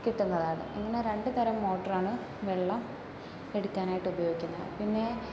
കിട്ടുന്നതാണ് ഇങ്ങനെ രണ്ടു തരം മോട്ടോറാണ് വെള്ളം എടുക്കാനായിട്ട് ഉപയോഗിക്കുന്നത് പിന്നെ